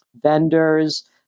vendors